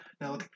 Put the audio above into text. now